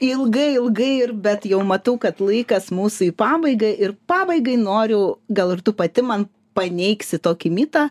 ilgai ilgai ir bet jau matau kad laikas mūsų į pabaigą ir pabaigai noriu gal ir tu pati man paneigsi tokį mitą